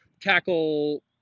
tackle